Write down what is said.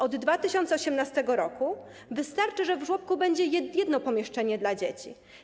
Od 2018 r. wystarczy, że w żłobku będzie jedno pomieszczenie dla dzieci.